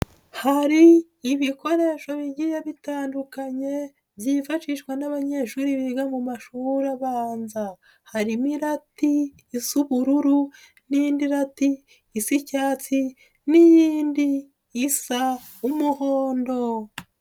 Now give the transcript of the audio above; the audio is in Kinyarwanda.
Hari ibikoresho bigiye bitandukanye, byifashishwa n'abanyeshuri biga mu mashuri abanza. Harimo irati isa ubururu n'indi rati isa icyatsi n'iyindi isa umuhondo.